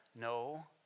no